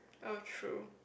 oh true